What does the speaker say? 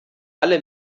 alle